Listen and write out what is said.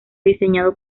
diseñado